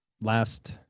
last